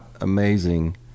amazing